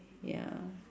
ya